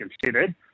considered